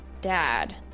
dad